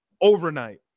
overnight